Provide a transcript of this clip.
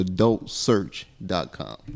AdultSearch.com